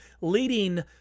leading